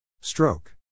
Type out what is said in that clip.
Stroke